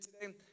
today